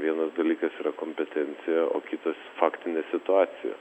vienas dalykas yra kompetencija o kitas faktinė situacija